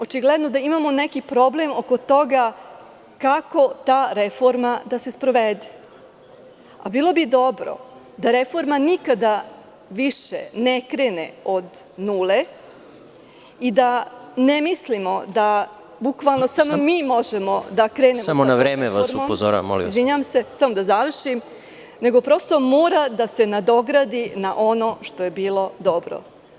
Očigledno, da imamo neki problem oko toga kako ta reforma da se sprovede, a bilo bi dobro da reforma nikada više ne krene od nule i da ne mislim da samo mi možemo da krenemo, nego prosto mora da se nadogradi na ono što je bilo dobro.